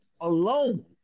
alone